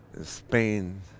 Spain